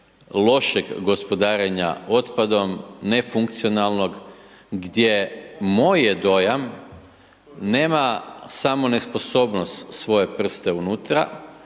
lošeg gospodarenja otpadom, nefunkcionalnog gdje, moj je dojam, nema samo nesposobnost svoje prste unutra,